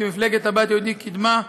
שמפלגת הבית היהודי קידמה,